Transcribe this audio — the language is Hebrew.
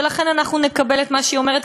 ולכן נקבל את מה שהיא אומרת,